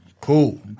Cool